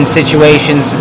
situations